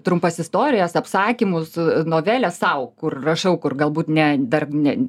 trumpas istorijas apsakymus noveles sau kur rašau kur galbūt ne dar ne